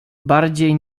bardziej